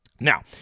Now